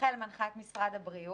רח"ל מנחה את משרד הבריאות,